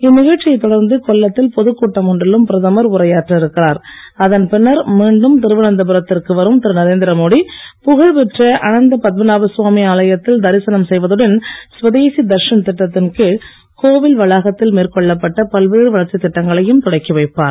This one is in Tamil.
இந்நிகழ்ச்சியைத் தொடர்ந்து கொல்லத்தில் பொதுக் கூட்டம் ஒன்றிலும் பிரதமர் திருவனந்தபுரத்திற்கு வரும் திரு நரேந்திரமோடி புகழ் பெற்ற அனந்தபத்மனாப சுவாமி ஆலயத்தில் தரிசனம் செய்வதுடன் ஸ்வதேசி தர்ஷன் திட்டத்தின் கீழ் கோவில் வளாகத்தில் மேற்கொள்ளப்பட்ட பல்வேறு வளர்ச்சித் திட்டங்களையும் தொடக்கி வைப்பார்